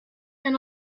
and